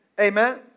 amen